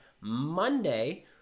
Monday